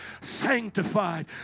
sanctified